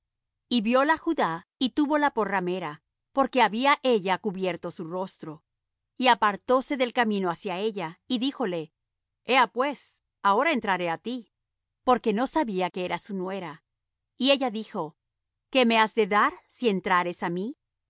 y vióla judá y túvola por ramera porque había ella cubierto su rostro y apartóse del camino hacia ella y díjole ea pues ahora entraré á ti porque no sabía que era su nuera y ella dijo qué me has de dar si entrares á mí